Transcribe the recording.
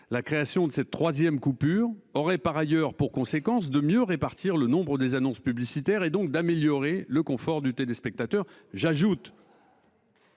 L'instauration de cette troisième coupure publicitaire aurait par ailleurs pour effet de mieux répartir le nombre des annonces publicitaires, et donc, d'améliorer le confort du téléspectateur. J'ajoute